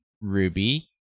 Ruby